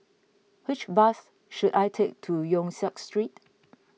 which bus should I take to Yong Siak Street